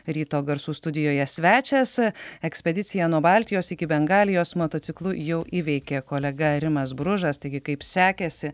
ryto garsų studijoje svečias ekspediciją nuo baltijos iki bengalijos motociklu jau įveikė kolega rimas bružas taigi kaip sekėsi